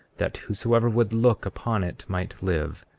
that whosoever would look upon it might live.